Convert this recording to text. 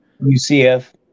UCF